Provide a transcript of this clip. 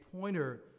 pointer